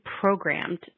programmed